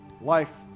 life